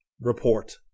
Report